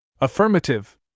Affirmative